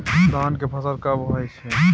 धान के फसल कब होय छै?